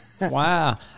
Wow